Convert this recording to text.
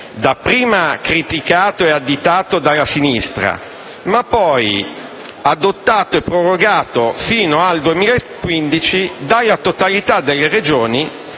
dapprima criticato e riprovato dalla sinistra, ma poi adottato e prorogato fino al 2015 dalla totalità delle Regioni,